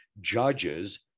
judges